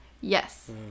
Yes